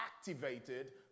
activated